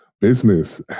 business